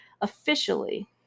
officially